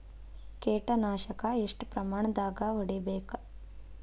ಕೇಟ ನಾಶಕ ಎಷ್ಟ ಪ್ರಮಾಣದಾಗ್ ಹೊಡಿಬೇಕ?